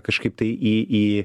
kažkaip tai į į